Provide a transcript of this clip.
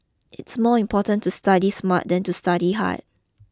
it's more important to study smart than to study hard